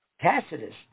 Tacitus